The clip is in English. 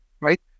Right